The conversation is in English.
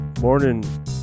Morning